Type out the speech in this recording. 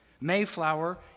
Mayflower